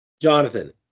Jonathan